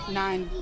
nine